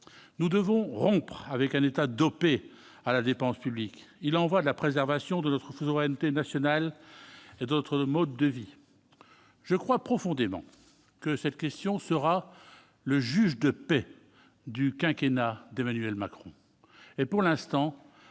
Nous devons rompre avec un État dopé à la dépense publique : il y va de la préservation de notre souveraineté nationale et de notre mode de vie. Je crois profondément que cette question sera le juge de paix du quinquennat d'Emmanuel Macron.